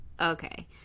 Okay